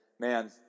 man